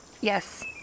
Yes